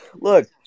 Look